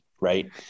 Right